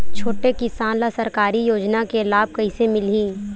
छोटे किसान ला सरकारी योजना के लाभ कइसे मिलही?